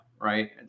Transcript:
Right